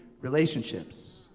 relationships